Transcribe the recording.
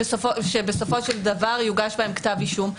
שבסופו של דבר יוגש בהם כתב אישום,